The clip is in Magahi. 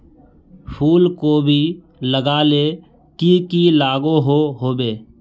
फूलकोबी लगाले की की लागोहो होबे?